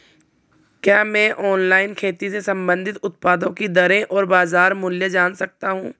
क्या मैं ऑनलाइन खेती से संबंधित उत्पादों की दरें और बाज़ार मूल्य जान सकता हूँ?